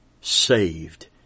saved